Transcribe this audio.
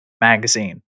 magazine